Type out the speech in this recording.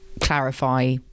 clarify